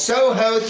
Soho